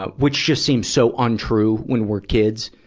ah which just seems so untrue when we're kids.